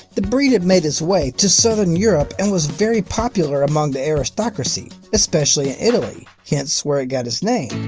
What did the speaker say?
the breed had made its way to southern europe and was very popular among the aristocracy, especially in italy hence where it got its name.